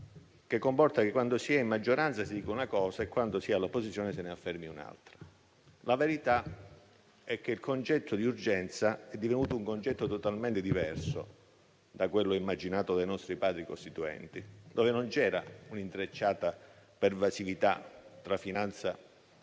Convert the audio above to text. così che quando si è in maggioranza si dica una cosa e quando si è all'opposizione se ne affermi un'altra. La verità è che il concetto di urgenza è divenuto totalmente diverso da quello immaginato dai nostri Padri costituenti, quando non c'era un'intrecciata pervasività tra finanza,